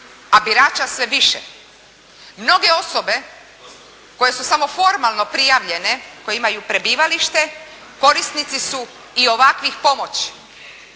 a birača sve više. Mnoge osobe koje su samo formalno prijavljene i koje imaju prebivalište korisnici su i ovakvih pomoći.